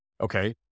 Okay